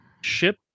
ship